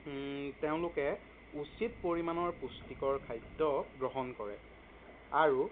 তেওঁলোকে উচিত পৰিমাণৰ পুষ্টিকৰ খাদ্য গ্ৰহণ কৰে আৰু